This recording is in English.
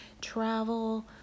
travel